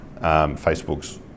Facebook's